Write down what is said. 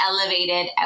elevated